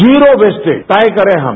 zero wastage तय करें हम